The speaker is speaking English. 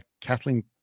Kathleen